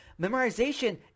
memorization